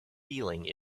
feeling